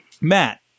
Matt